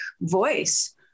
voice